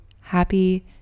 happy